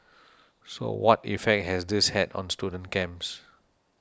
so what effect has this had on student camps